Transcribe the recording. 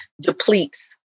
depletes